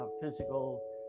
physical